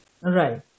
Right